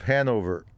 Hanover